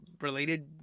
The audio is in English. related